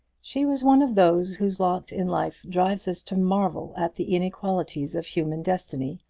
she was one of those whose lot in life drives us to marvel at the inequalities of human destiny,